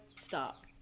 stop